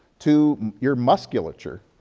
to your musculature.